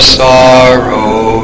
sorrow